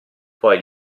poi